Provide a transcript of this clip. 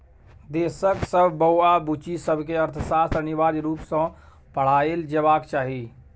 देशक सब बौआ बुच्ची सबकेँ अर्थशास्त्र अनिवार्य रुप सँ पढ़ाएल जेबाक चाही